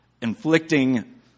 inflicting